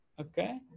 okay